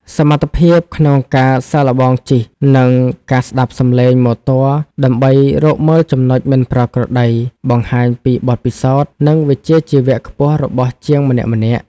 សមត្ថភាពក្នុងការសាកល្បងជិះ និងការស្តាប់សំឡេងម៉ូទ័រដើម្បីរកមើលចំណុចមិនប្រក្រតី បង្ហាញពីបទពិសោធន៍ និងវិជ្ជាជីវៈខ្ពស់របស់ជាងម្នាក់ៗ។